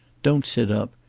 don't sit up.